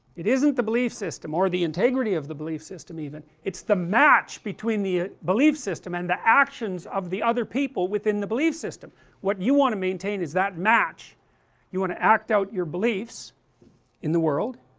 it isn't the belief system, or the integrity of the belief system even it's the match between the belief system and the actions of the other people within the belief system what you want to maintain is that match you want to act out your beliefs in the world,